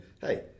hey